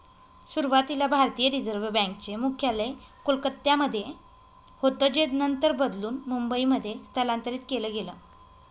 सुरुवातीला भारतीय reserve bank चे मुख्यालय कोलकत्यामध्ये होतं जे नंतर बदलून मुंबईमध्ये स्थलांतरीत केलं गेलं